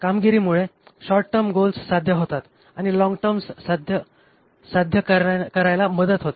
कामगिरीमुळे short term goals साध्य होतात आणि लॉन्ग टर्म गोल्स सध्या करायला मदत होते